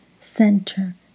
Center